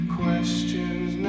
questions